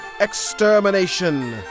Extermination